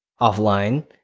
offline